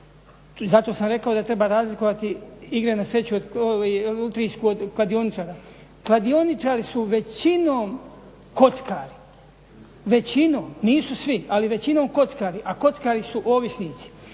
zato sam rekao da treba razlikovati igre na sreću lutrijsku od kladioničara. Kladioničari su većinom kockari, većinom, nisu svi ali većinom kockari, a kockari su ovisnici.